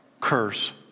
curse